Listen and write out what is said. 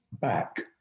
back